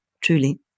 truly